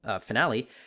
finale